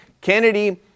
Kennedy